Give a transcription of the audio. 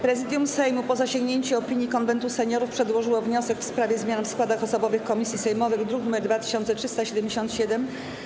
Prezydium Sejmu, po zasięgnięciu opinii Konwentu Seniorów, przedłożyło wniosek w sprawie zmian w składach osobowych komisji sejmowych, druk nr 2377.